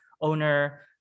owner